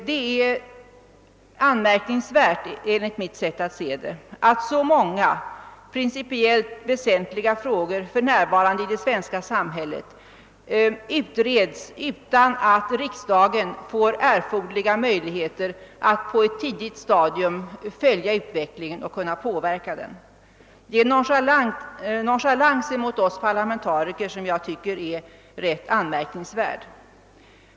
Det är enligt mitt sätt att se anmärkningsvärt att så många principiellt väsentliga frågor i det svenska samhället för närvarande utreds utan att riksdagen får erforderliga möjligheter att på ett tidigt stadium följa utvecklingen och påverka den. Det är en nonchalans mot oss parlamentariker som jag tycker är ganska uppseendeväckande.